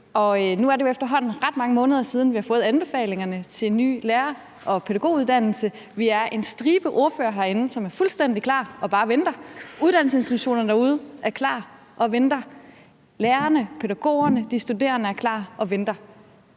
Nu er det jo efterhånden ret mange måneder siden, at vi har fået anbefalingerne til en ny lærer- og pædagoguddannelse. Vi er en stribe ordførere herinde, som er fuldstændig klar og bare venter. Uddannelsesinstitutionerne derude er klar og venter. Lærerne, pædagogerne og de studerende er klar og venter.